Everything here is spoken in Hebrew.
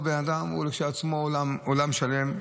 כל בן אדם, הוא לכשעצמו עולם שלם.